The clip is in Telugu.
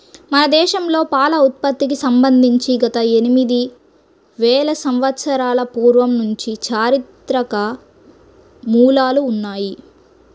మన దేశంలో పాల ఉత్పత్తికి సంబంధించి గత ఎనిమిది వేల సంవత్సరాల పూర్వం నుంచి చారిత్రక మూలాలు ఉన్నాయి